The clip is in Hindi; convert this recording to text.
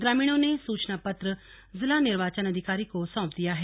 ग्रामीणों ने सूचना पत्र जिला निर्वाचन अधिकारी को सौंप दिया है